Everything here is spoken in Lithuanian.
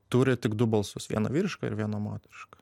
turi tik du balsus vieną vyrišką ir vieno moterišką